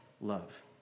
love